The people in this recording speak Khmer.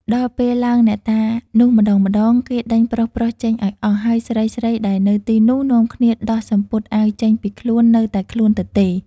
ដល់ពេលឡើងអ្នកតានោះម្តងៗ គេដេញប្រុសៗចេញឲ្យអស់ ហើយស្រីៗដែលនៅទីនោះ នាំគ្នាដោះសំពត់អាវចេញពីខ្លួន នៅតែខ្លួនទទេ។